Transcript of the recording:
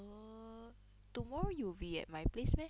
err tomorrow you will be at my place meh